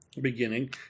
beginning